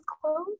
close